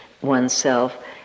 oneself